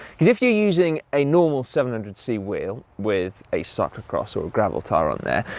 because if you're using a normal seven hundred c wheel with a cyclo-cross or a gravel tyre on there,